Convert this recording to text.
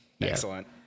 Excellent